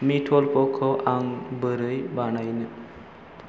मितलफ'खौ आं बोरै बानायनो